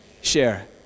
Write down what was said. share